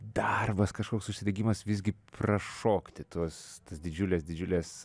darbas kažkoks užsidegimas visgi prašokti tuos didžiules didžiules